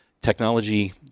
technology